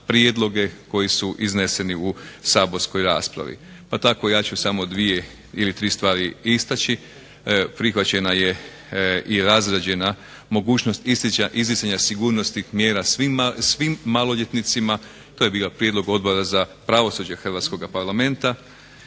prijedloge koji su izneseni u saborskoj raspravi. Pa tako ja ću samo dvije ili tri stvari istaći. Prihvaćena je i razrađena mogućnost izricanja sigurnosnih mjera svim maloljetnicima. To je bio prijedlog Odbora za pravosuđe Hrvatskoga parlamenta